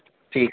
ٹھیک